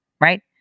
Right